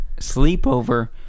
sleepover